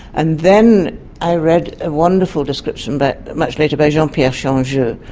and then i read a wonderful description but much later by jean-pierre changeux,